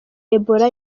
ebola